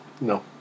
No